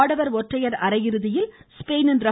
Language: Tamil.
ஆடவர் ஒற்றையர் அரையிறுதியில் ஸ்பெயினின் ர